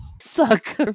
Suck